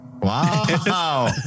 Wow